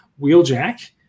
Wheeljack